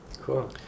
Cool